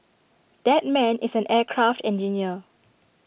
that man is an aircraft engineer